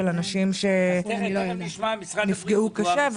של אנשים שנפגעו קשה.